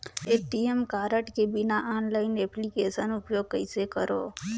ATM card के बिना online application उपयोग कइसे करो?